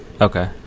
Okay